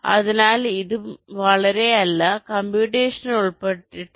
അതിനാൽ ഇതും വളരെ അല്ല കമ്പ്യൂട്ടേഷണൽ ഉൾപ്പെട്ടിട്ടില്ല